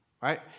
right